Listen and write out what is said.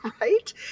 right